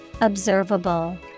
Observable